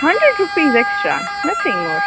hundred rupees extra nothing more